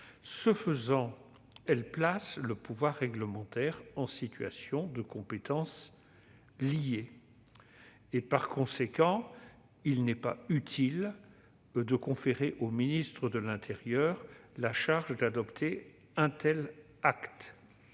Ce faisant, elle place le pouvoir réglementaire en situation de compétence liée et, par conséquent, il n'est pas utile de conférer au ministre de l'intérieur la charge d'adopter un tel acte.